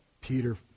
Peter